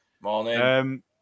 Morning